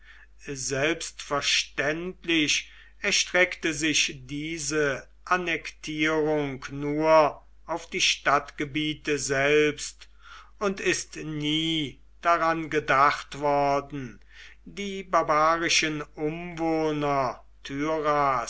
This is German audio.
selbstverständlich erstreckte sich diese annektierung nur auf die stadtgebiete selbst und ist nie daran gedacht worden die barbarischen umwohner